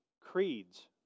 creeds